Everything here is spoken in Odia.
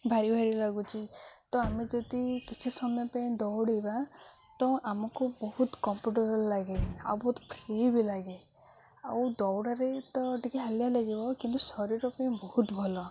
ଭାରି ଭାରି ଲାଗୁଛି ତ ଆମେ ଯଦି କିଛି ସମୟ ପାଇଁ ଦୌଡ଼ିବା ତ ଆମକୁ ବହୁତ କମ୍ଫର୍ଟେବୁଲ୍ ଲାଗେ ଆଉ ବହୁତ ଫ୍ରି ବି ଲାଗେ ଆଉ ଦୌଡ଼ରେ ତ ଟିକେ ହାଲିଆ ଲାଗିବ କିନ୍ତୁ ଶରୀର ପାଇଁ ବହୁତ ଭଲ